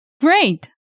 Great